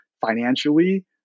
financially